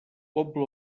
poble